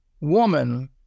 woman